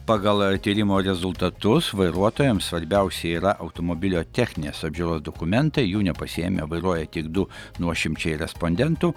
pagal tyrimo rezultatus vairuotojams svarbiausia yra automobilio techninės apžiūros dokumentai jų nepasiėmę vairuoja tik du nuošimčiai respondentų